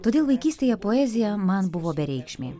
todėl vaikystėje poezija man buvo bereikšmė